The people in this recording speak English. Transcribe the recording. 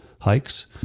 hikes